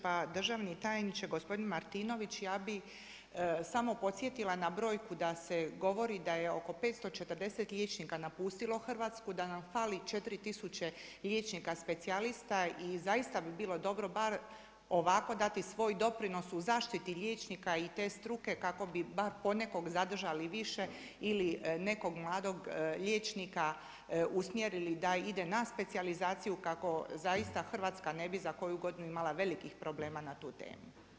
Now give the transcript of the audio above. Pa državni tajnik gospodin Martinović, ja bih samo podsjetila na brojku da se govori da je oko 540 liječnika napustilo Hrvatsku, da nam fali 4000 liječnika specijalista i zaista bi bilo dobro bar ovako dati svoj doprinos u zaštiti liječnika i te struke kako bi bar ponekog zadržali više ili nekog mladog liječnika usmjerili da ide na specijalizaciju kako zaista Hrvatska ne bi za koju godinu imala velikih problema na tu temu.